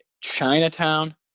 Chinatown